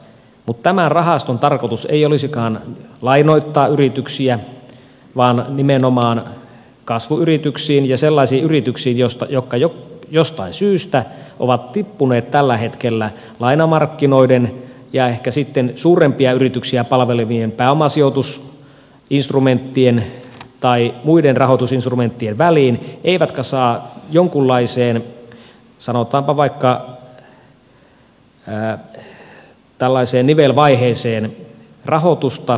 mutta tämän rahaston tarkoitus ei olisikaan lainoittaa yrityksiä vaan nimenomaan kasvuyrityksiä ja sellaisia yrityksiä jotka jostain syystä ovat tippuneet tällä hetkellä lainamarkkinoiden ja ehkä sitten suurempia yrityksiä palvelevien pääomasijoitusinstrumenttien tai muiden rahoitusinstrumenttien väliin eivätkä saa jonkunlaiseen sanotaanpa vaikka tällaiseen nivelvaiheeseen rahoitusta